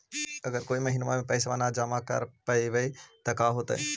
अगर कोई महिना मे पैसबा न जमा कर पईबै त का होतै?